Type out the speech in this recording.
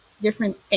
different